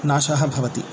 नाशः भवति